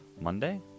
Monday